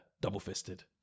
double-fisted